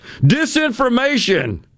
Disinformation